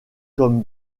comme